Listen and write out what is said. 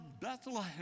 Bethlehem